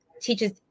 teaches